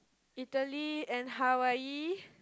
Italy and Hawaii